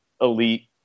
elite